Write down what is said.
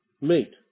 meet